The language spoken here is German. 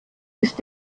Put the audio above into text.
ist